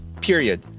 Period